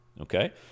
Okay